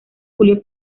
julio